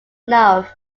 enough